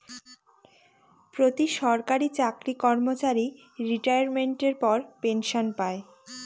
প্রতি সরকারি চাকরি কর্মচারী রিটাইরমেন্টের পর পেনসন পায়